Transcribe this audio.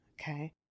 Okay